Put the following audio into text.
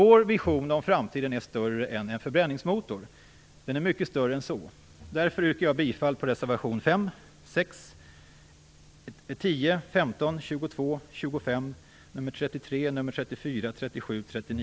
Vår vision av framtiden är större än en förbränningsmotor. Den är mycket större än så. Därför yrkar jag bifall till reservationerna 5, 6, 10, 15,